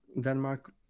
Denmark